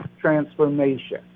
transformation